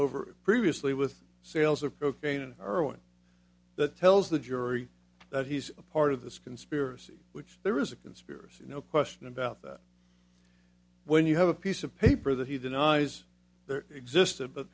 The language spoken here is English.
over previously with sales of cocaine and heroin that tells the jury that he's a part of this conspiracy which there is a conspiracy no question about that when you have a piece of paper that he denies there existed but